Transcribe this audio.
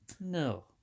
No